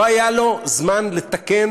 לא היה לו זמן לתקן,